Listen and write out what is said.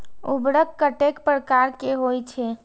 उर्वरक कतेक प्रकार के होई छै?